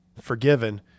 forgiven